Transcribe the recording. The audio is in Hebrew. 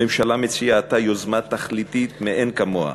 הממשלה מציעה עתה יוזמה תכליתית מאין כמוה,